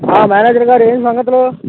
మేనేజర్గారు ఏంటీ సంగతులు